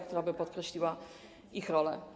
która by podkreśliła ich rolę.